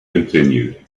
continued